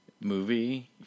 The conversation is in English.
movie